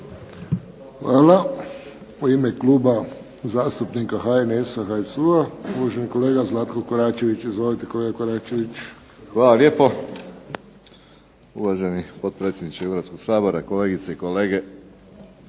Hvala. U ime Kluba zastupnika HNS-HSU-a uvaženi kolega Zlatko Koračević. Izvolite, kolega Koračević. **Koračević, Zlatko (HNS)** Hvala lijepo, uvaženi potpredsjedniče Hrvatskoga sabora, kolegice i kolege.